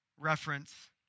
reference